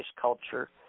culture